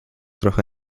trochę